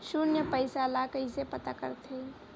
शून्य पईसा ला कइसे पता करथे?